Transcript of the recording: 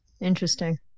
Interesting